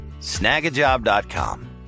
snagajob.com